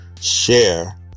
share